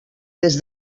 des